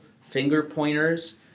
finger-pointers